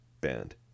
band